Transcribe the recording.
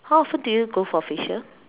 how often do you go for facial